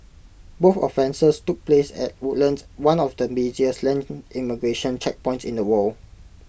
both offences took place at Woodlands one of the busiest land immigration checkpoints in the world